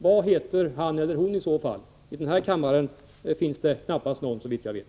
Vad heter han eller hon i så fall? I den här kammaren finns knappast någon, såvitt jag vet.